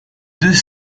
deux